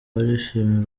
barishimira